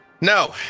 No